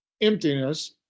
emptiness